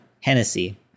Hennessy